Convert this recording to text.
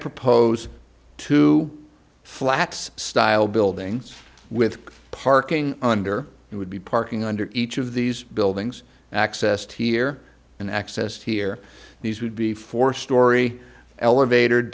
propose two flats style buildings with parking under it would be parking under each of these buildings accessed here and access here these would be four storey elevat